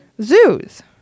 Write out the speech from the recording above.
Zoos